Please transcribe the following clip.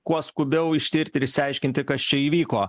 kuo skubiau ištirti ir išsiaiškinti kas čia įvyko